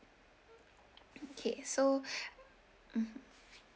okay so mm